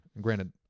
Granted